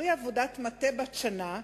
פרי עבודת מטה בת שנה,